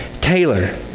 Taylor